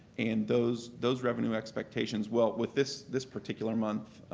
and those those revenue expectations well, with this this particular month,